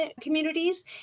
communities